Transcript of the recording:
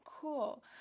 cool